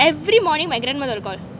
every morning my grandmother will call